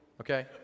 okay